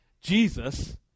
Jesus